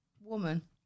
woman